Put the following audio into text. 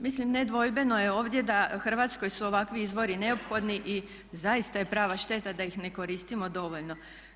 Mislim nedvojbeno je ovdje da u Hrvatskoj su ovakvi izvori neophodni i zaista je prava šteta da ih ne koristimo dovoljno.